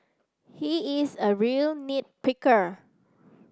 he is a real nit picker